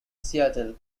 seattle